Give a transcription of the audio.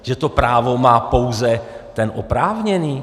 Že to právo má pouze ten oprávněný?